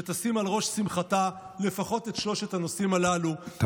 שתשים על ראש שמחתה לפחות את שלושת הנושאים הללו,